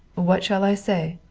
what shall i say?